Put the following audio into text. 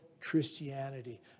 Christianity